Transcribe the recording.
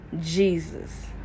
Jesus